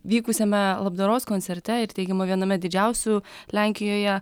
vykusiame labdaros koncerte ir teigima viename didžiausių lenkijoje